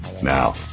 now